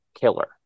killer